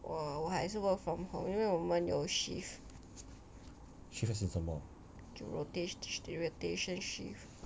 我我还是 work from home 因为我们有 shift 就 rotat~ rotation shift